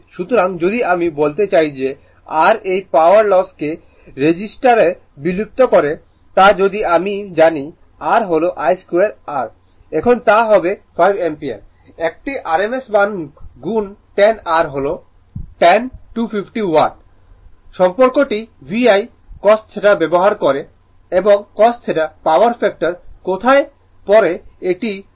সুতরাং যদি আমি বলতে চাই যে r এই পাওয়ার লস কে রেজিস্টারে বিলুপ্ত করছে তা যদি আমি জানি R হল I 2 R I তখন তা হবে 5 অ্যাম্পিয়ার একটি rms মান গুণ 10R হল 10 250 ওয়াট সম্পর্কটি VI cos θ ব্যবহার করে এবং cos θ পাওয়ার ফ্যাক্টর কোথায় পরে এটি তা দেখতে পাবে